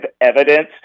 evidence